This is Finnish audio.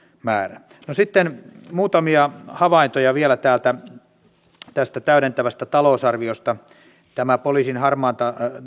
määrä sitten muutamia havaintoja vielä tästä täydentävästä talousarviosta leikkaus joka oli poliisin harmaan